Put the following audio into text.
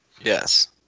Yes